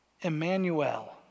Emmanuel